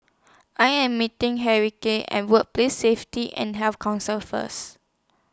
I Am meeting Henriette At Workplace Safety and Health Council First